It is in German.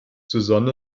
susanne